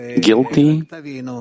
guilty